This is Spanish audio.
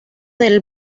del